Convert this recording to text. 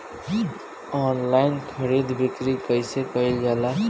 Online खरीद बिक्री कइसे कइल जाला?